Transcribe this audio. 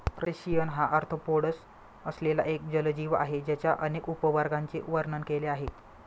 crustacean हा arthropods असलेला एक जलजीव आहे ज्याच्या अनेक उपवर्गांचे वर्णन केले आहे